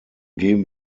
geben